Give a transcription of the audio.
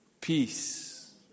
peace